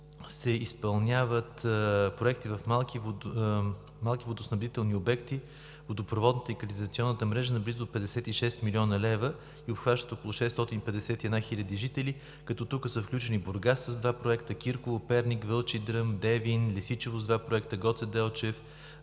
се изпълняват проекти в малки водоснабдителни обекти, водопроводната и канализационната мрежа с близо 56 млн. лв. и обхващат около 651 хиляди жители, като тук са включени Бургас с два проекта, Кирково, Перник, Вълчедръм, Девин, Лесичово с два проекта, Гоце Делчев,